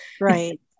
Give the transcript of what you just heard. Right